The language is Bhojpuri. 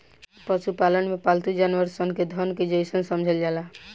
पशुपालन में पालतू जानवर सन के धन के जइसन समझल जाला